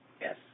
yes